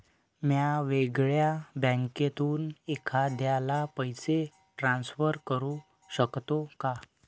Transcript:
म्या वेगळ्या बँकेतून एखाद्याला पैसे ट्रान्सफर करू शकतो का?